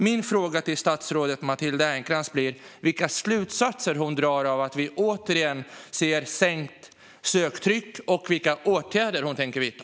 Min fråga till statsrådet Matilda Ernkrans är: Vilka slutsatser drar hon av att vi återigen ser ett lägre söktryck, och vilka åtgärder tänker hon vidta?